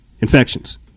infections